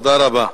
תודה רבה.